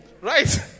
right